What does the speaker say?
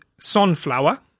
Sunflower